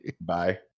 Bye